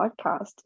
podcast